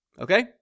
Okay